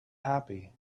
happy